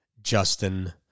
Justin